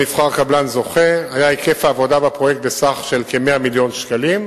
היה היקף העבודה בפרויקט בסך של כ-100 מיליון שקלים.